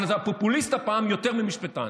אבל אתה פופוליסט, הפעם, יותר ממשפטן.